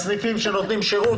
הסניפים שנותנים שירות,